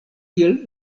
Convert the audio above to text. kiel